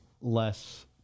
less